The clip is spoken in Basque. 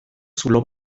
zulo